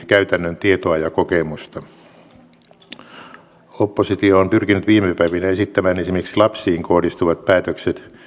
käytännön tietoa ja kokemusta oppilaitoksiin oppositio on pyrkinyt viime päivinä esittämään esimerkiksi lapsiin kohdistuvat päätökset